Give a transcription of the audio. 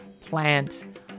plant